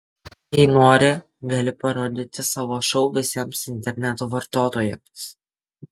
jei nori gali parodyti savo šou visiems interneto vartotojams